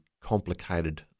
complicated